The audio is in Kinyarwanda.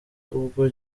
ubwo